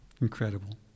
incredible